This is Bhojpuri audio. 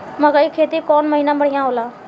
मकई के खेती कौन महीना में बढ़िया होला?